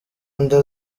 nda